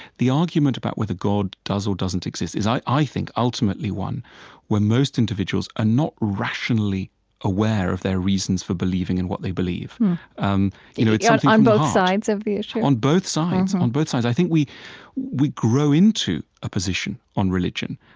the argument about whether god does or doesn't exist is, i i think, ultimately one where most individuals are rationally aware of their reasons for believing in what they believe um you know kind of on both sides of the issue? on both sides, on both sides. i think we we grow into a position on religion.